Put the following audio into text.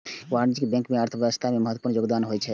वाणिज्यिक बैंक के अर्थव्यवस्था मे महत्वपूर्ण योगदान होइ छै